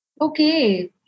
Okay